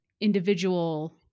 individual